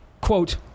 Quote